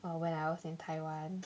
uh when I was in taiwan